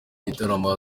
gitaramo